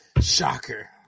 Shocker